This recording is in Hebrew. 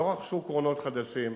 לא רכשו קרונות חדשים,